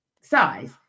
size